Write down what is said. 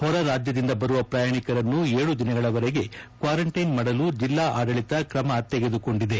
ಹೊರರಾಜ್ಯದಿಂದ ಬರುವ ಪ್ರಯಾಣಿಕರಿಗೆ ಏಳು ದಿನಗಳವರೆಗೆ ಕ್ವಾರಂಟೈನ್ ಮಾಡಲು ಜಿಲ್ಲಾ ಆದಳಿತ ಕ್ರಮ ತೆಗೆದುಕೊಂಡಿದೆ